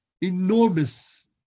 enormous